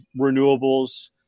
renewables